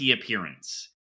appearance